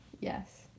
yes